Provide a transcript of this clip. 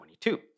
2022